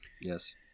Yes